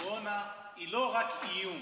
הקורונה היא לא רק איום,